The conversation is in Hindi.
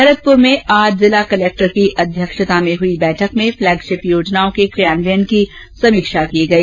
भरतपुर में आज जिला कलेक्टर की अध्यक्षता में हुई बैठक में फ्लैगशिप योजनाओं को क्रियान्वयन की समीक्षा की गई